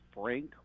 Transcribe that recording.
Frank